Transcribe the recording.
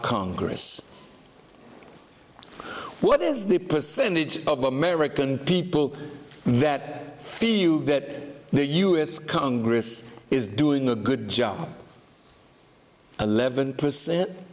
congress what is the percentage of american people that feel that the us congress is doing a good job eleven percent